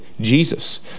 Jesus